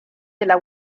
della